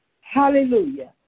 Hallelujah